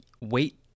Wait